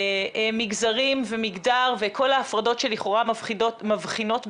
מגזרים ומגדר וכל ההפרדות שלכאורה מבחינות בינינו.